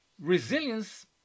Resilience